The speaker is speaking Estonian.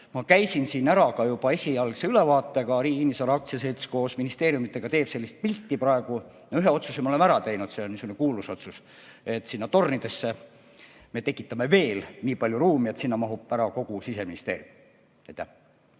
ma käisin siin ka esialgse ülevaatega. Riigi Kinnisvara Aktsiaselts koos ministeeriumidega teeb sellist pilti praegu. Ühe otsuse me oleme ära teinud, see on niisugune kuulus otsus: sinna tornidesse me tekitame veel nii palju ruumi, et sinna mahub ära kogu Siseministeerium.